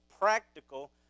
practical